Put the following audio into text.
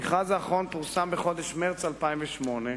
המכרז האחרון פורסם בחודש מרס 2008,